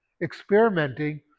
experimenting